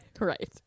Right